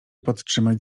podtrzymać